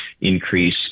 increase